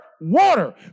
water